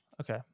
Okay